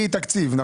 תקציב.